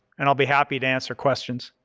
and i'll be happy to answer questions.